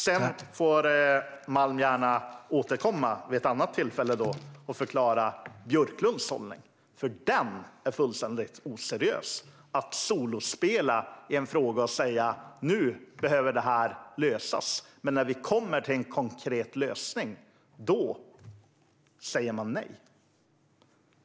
Sedan får Malm gärna återkomma vid ett annat tillfälle och förklara Björklunds hållning, för det är fullständigt oseriöst att solospela i en fråga och säga att det här behöver lösas men sedan, när vi kommer till en konkret lösning, säga nej.